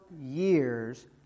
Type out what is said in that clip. years